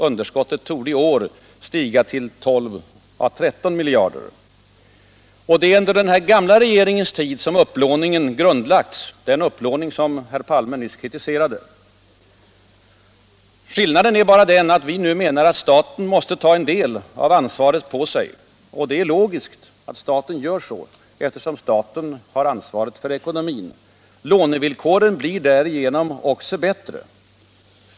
Underskottet torde i år stiga till 12 å 13 miljarder. Det var under den gamla regeringens tid som den upplåning som herr Palme nyss kritiserade grundlades. Skillnaden är bara den att vi menar att staten måste ta på sig en del av ansvaret. Det är logiskt att staten gör så, eftersom staten har ansvaret för ekonomin. Lånevillkoren blir därigenom också bättre.